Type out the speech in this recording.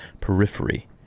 periphery